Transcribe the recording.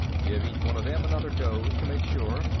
give each one of them another dose, to make sure,